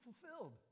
fulfilled